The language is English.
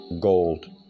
gold